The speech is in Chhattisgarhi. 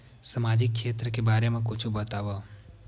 सामाजिक क्षेत्र के बारे मा कुछु बतावव?